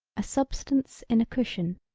a substance in a cushion.